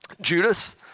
Judas